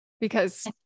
because-